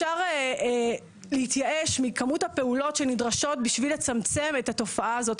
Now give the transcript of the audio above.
אפשר להתייאש מכמות הפעולות שנדרשות בשביל לצמצם את התופעה הזאת.